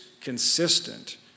consistent